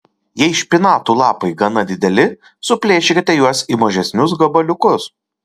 jei špinatų lapai gana dideli suplėšykite juos į mažesnius gabaliukus